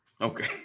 Okay